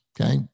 Okay